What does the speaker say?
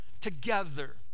together